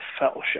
fellowship